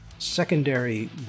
secondary